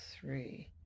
three